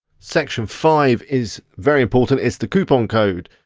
section five is very important. it's the coupon code.